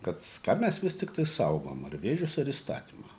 kad ką mes vis tiktai saugom ar vėžius ar įstatymą